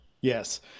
Yes